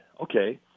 Okay